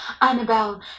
Annabelle